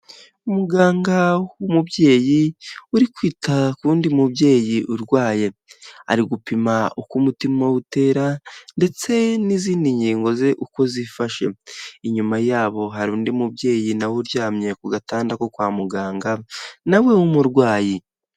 Umuganga w'umubyeyi uri kwita k'uwundi mubyeyi urwaye, ari gupima uko umutima we utera ndetse n'izindi ngingo ze uko zifashe, inyuma yabo hari undi mubyeyi nawe uryamye ku gatanda ko kwa muganga nawe w'umurwayi.